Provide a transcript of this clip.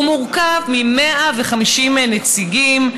הוא מורכב מ-150 נציגים,